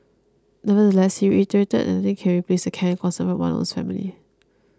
nevertheless he reiterated that nothing can replace the care and concern from one's own family